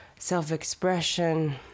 self-expression